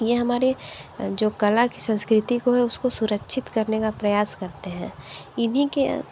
यह हमारे जो कला की संस्कृति को उसको सुरक्षित करने का प्रयास करते हैं इन्हीं के